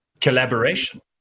collaboration